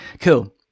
Cool